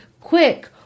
quick